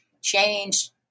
changed